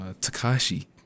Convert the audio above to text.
Takashi